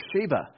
Sheba